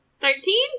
Thirteen